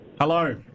Hello